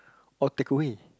or takeaway